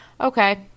Okay